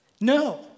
No